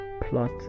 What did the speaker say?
plot